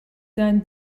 sein